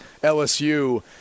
LSU